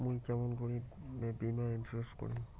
মুই কেমন করি বীমা ইন্সুরেন্স করিম?